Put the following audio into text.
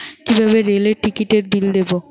কিভাবে রেলের টিকিটের বিল দেবো?